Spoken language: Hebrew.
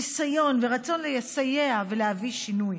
ניסיון ורצון לסייע ולהביא שינוי.